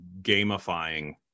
gamifying